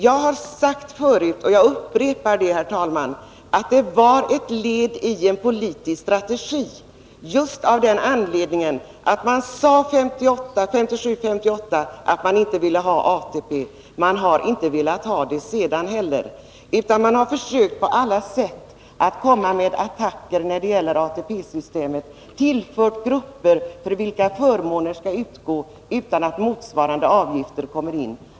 Jag har sagt det förut, och jag upprepar det, herr talman: Detta är ett led i en politisk strategi just av den anledningen att man 1957 och 1958 sade att 169 Nr 51 man inte ville ha ATP. Man har inte velat ha det sedan heller, utan man har Onsdagen den försökt på alla sätt att komma med attacker mot ATP-systemet. Man har 15 december 1982 = tillfört nya grupper för vilka förmånerna skall utgå utan att motsvarande avgifter kommit in.